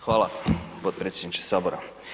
Hvala potpredsjedniče Sabora.